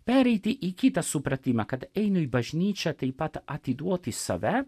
pereiti į kitą supratimą kad einu į bažnyčią taip pat atiduoti save